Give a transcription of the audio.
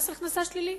מס הכנסה שלילי.